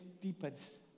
deepens